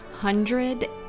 Hundred